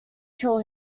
kill